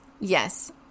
Yes